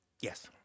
Yes